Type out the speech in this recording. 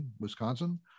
Wisconsin